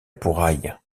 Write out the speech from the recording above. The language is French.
pouraille